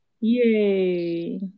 yay